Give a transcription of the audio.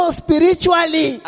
spiritually